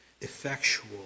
effectual